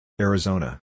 Arizona